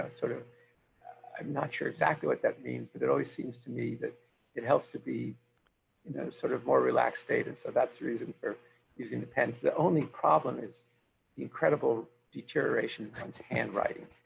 ah sort of i'm not sure exactly what that means, but it always seems to me that it helps to be you know sort of more relaxed state. and so that's the reason for using the pens. the only problem is the incredible deterioration of one's handwriting.